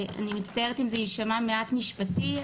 אני מצטערת אם זה ישמע מעט משפטי,